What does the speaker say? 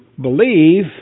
believe